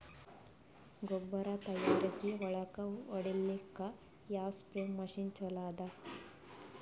ಗೊಬ್ಬರ ತಯಾರಿಸಿ ಹೊಳ್ಳಕ ಹೊಡೇಲ್ಲಿಕ ಯಾವ ಸ್ಪ್ರಯ್ ಮಷಿನ್ ಚಲೋ ಅದ?